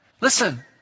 listen